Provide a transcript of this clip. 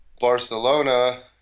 Barcelona